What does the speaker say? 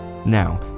Now